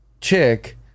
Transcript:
chick